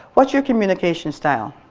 what's your communication style?